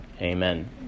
amen